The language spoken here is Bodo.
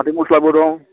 फाथै मस्लाबो दं